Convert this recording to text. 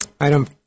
Item